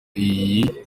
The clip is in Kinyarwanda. iyi